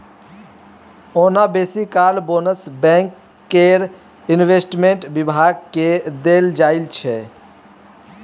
ओना बेसी काल बोनस बैंक केर इंवेस्टमेंट बिभाग केँ देल जाइ छै